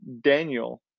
Daniel